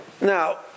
Now